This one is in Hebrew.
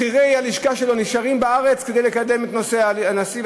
בכירי הלשכה שלו נשארים בארץ כדי לקדם את נושא הנשיא,